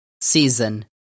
season